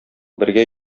бергә